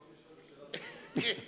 יכול לשאול, שאלה טובה.